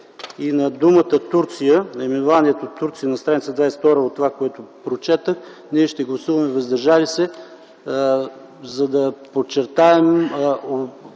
и на думата „Турция”, наименованието „Турция” на стр. 22 от това, което прочетох, ние ще гласуваме „въздържали се”, за да подчертаем